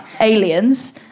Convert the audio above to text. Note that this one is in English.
aliens